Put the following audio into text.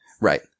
right